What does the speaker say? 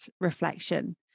reflection